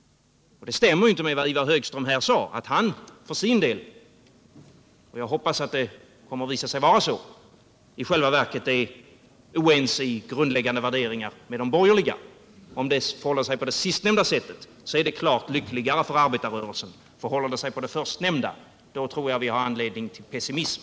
Det stämmer inte med vad Ivar Högström sade, att han för sin del — och jag hoppas det kommer att visa sig vara så — i själva verket är oense med de borgerliga i de grundläggande värderingarna. Om det förhåller sig på det sistnämnda sättet är det klart lyckligare för arbetarrörelsen. Förhåller det sig på det förstnämnda sättet tror jag vi har anledning till pessimism.